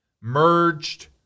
merged